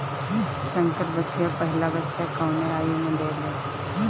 संकर बछिया पहिला बच्चा कवने आयु में देले?